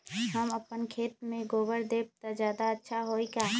हम अपना खेत में गोबर देब त ज्यादा अच्छा होई का?